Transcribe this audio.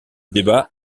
débat